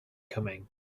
coming